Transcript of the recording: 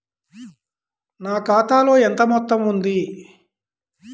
నా ఖాతాలో ఎంత మొత్తం ఉంది?